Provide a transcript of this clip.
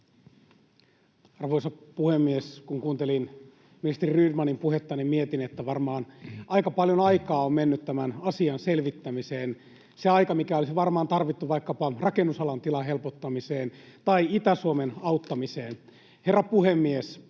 Arvoisa puhemies! Kun kuuntelin ministeri Rydmanin puhetta, niin mietin, että varmaan aika paljon aikaa on mennyt tämän asian selvittämiseen — se aika, mikä olisi varmaan tarvittu vaikkapa rakennusalan tilan helpottamiseen tai Itä-Suomen auttamiseen. Herra puhemies!